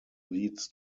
leads